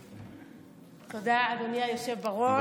תודה, אדוני היושב-ראש.